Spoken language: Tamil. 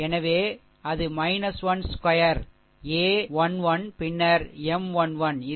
எனவே அது 1 ஸ்கொயர் a 1 1 பின்னர் M 1 1